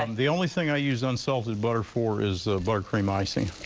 um the only thing i use unsalted butter for is buttercream icing.